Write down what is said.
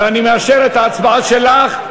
ואני מאשר את ההצבעה שלך.